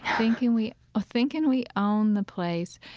thinking we ah thinking we own the place.